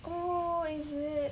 oh is it